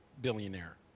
billionaire